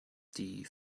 die